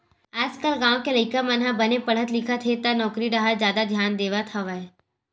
आजकाल गाँव के लइका मन ह बने पड़हत लिखत हे त नउकरी डाहर जादा धियान देवत हवय